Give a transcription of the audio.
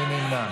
מי נמנע?